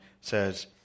says